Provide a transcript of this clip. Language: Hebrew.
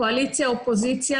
קואליציה ואופוזיציה.